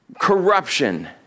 corruption